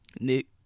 Nick